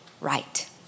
right